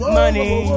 money